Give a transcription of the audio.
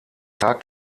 tag